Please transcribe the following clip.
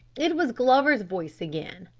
it was glover's voice again,